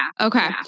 Okay